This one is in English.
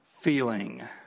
feeling